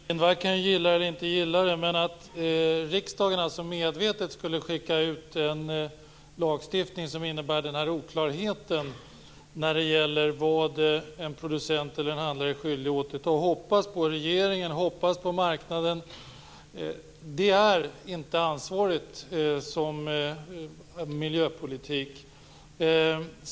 Herr talman! Gudrun Lindvall kan gilla eller inte gilla det - att riksdagen medvetet skulle skicka ut en lagstiftning som innebär denna oklarhet när det gäller vad en producent eller en handlare är skyldig att återta är inte ansvarigt. Att hoppas på regeringen och på marknaden är ingen ansvarig miljöpolitik.